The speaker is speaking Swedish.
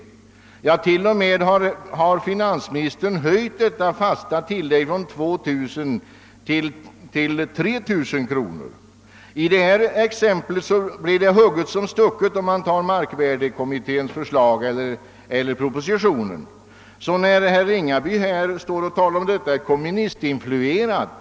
Finansministern har t.o.m. höjt det fasta tillägget från 2000 kronor till 3 000 kronor. I detta exempel blir det hugget som stucket om man tar markvärdekommitténs eller propositionens förslag. Herr Ringaby sade att detta förslag är kommunistinflucrat.